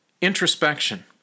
Introspection